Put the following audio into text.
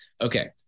Okay